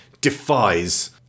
defies